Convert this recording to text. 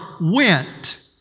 went